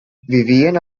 vivien